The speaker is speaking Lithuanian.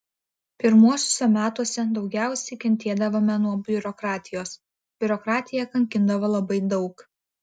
pirmuosiuose metuose daugiausiai kentėdavome nuo biurokratijos biurokratija kankindavo labai daug